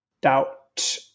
doubt